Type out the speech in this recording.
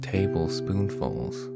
Tablespoonfuls